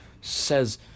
Says